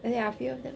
呀